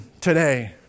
today